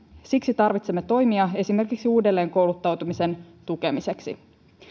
siksi tarvitsemme toimia esimerkiksi uudelleen kouluttautumisen tukemiseksi